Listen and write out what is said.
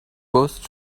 post